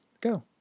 go